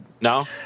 No